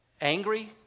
angry